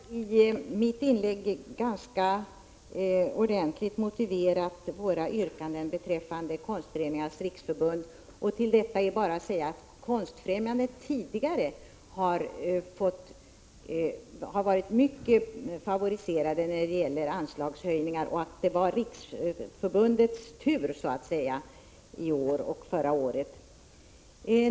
Herr talman! Jag har i mitt tidigare inlägg ganska ordentligt motiverat våra yrkanden beträffande Konstföreningarnas riksförbund. Till detta är bara att säga att Konstfrämjandet tidigare har varit mycket favoriserat när det gäller anslagshöjningar och att det så att säga var riksförbundets tur i år liksom förra året.